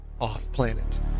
off-planet